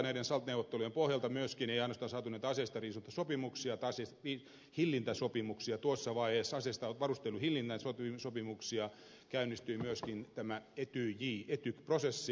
näiden salt neuvottelujen pohjalta ei ainoastaan saatu näitä aseistariisuntasopimuksia tai hillintäsopimuksia tuossa vaiheessa varustelun hillinnän sopimuksia vaan käynnistyi myöskin etyj etyk prosessi